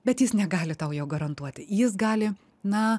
bet jis negali tau jo garantuoti jis gali na